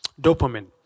dopamine